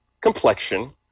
complexion